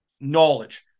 knowledge